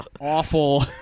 awful